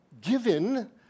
given